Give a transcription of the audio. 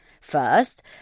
First